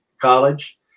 college